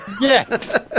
Yes